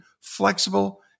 flexible